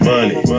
Money